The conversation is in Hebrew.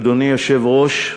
אדוני היושב-ראש,